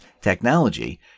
technology